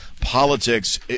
politics